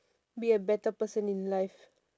be a better person in life